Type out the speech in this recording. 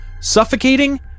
suffocating